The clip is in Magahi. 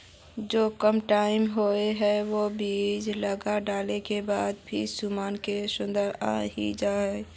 जो कम टाइम होये है वो बीज लगा डाला के बाद भी सुनामी के मौसम आ ही जाय है?